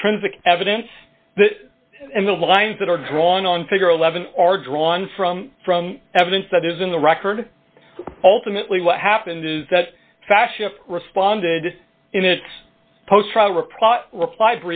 intrinsic evidence and the lines that are drawn on figure eleven are drawn from from evidence that is in the record ultimately what happened is that fashion responded in its post reply